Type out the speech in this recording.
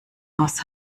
aus